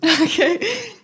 Okay